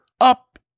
up